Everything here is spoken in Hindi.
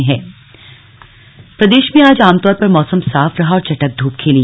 मौसम प्रदेश में आज आमतौर पर मौसम साफ रहा और चटख धूप खिली